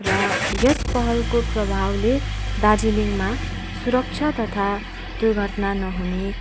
र यस पहलको प्रभावले दार्जिलिङमा सुरक्षा तथा दुर्घटना नहुने